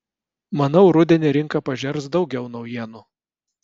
manau rudenį rinka pažers daug naujienų